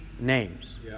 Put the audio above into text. names